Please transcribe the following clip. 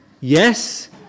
Yes